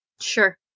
Sure